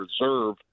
reserve